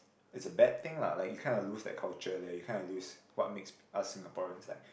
is a bad thing lah like you kinda lose that culture there you kinda lose what makes us Singaporeans like